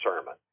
sermon